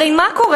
הרי מה קורה?